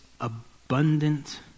abundant